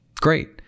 Great